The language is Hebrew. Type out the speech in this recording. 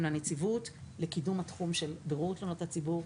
לנציבות לקידום תחום בירור תלונות הציבור.